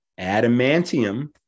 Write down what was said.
Adamantium